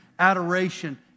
Adoration